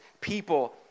people